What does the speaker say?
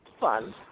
fun